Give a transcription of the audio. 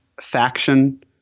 faction